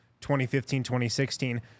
2015-2016